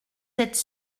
êtes